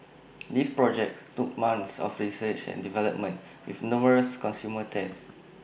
these projects took months of research and development with numerous consumer tests